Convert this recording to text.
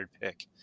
pick